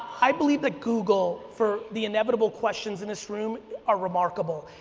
i believe that google for the inevitable questions in this room are remarkable.